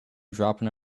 dropping